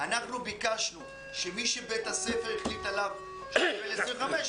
אנחנו ביקשנו שמי שבית הספר החליט שהוא יקבל תוספת זמן של 25%,